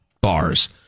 bars